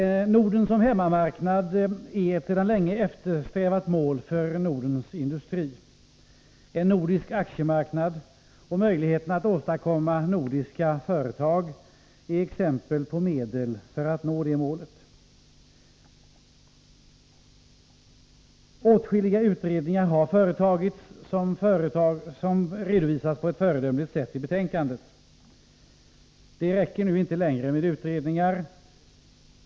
Norden som hemmamarknad är ett sedan länge eftersträvat mål för Nordens industri. En nordisk aktiemarknad och möjligheten att åstadkomma nordiska företag är exempel på medel för att nå det målet. Åtskilliga utredningar har företagits, vilket redovisas på ett föredömligt sätt i betänkandet. Det räcker inte längre med utredningar.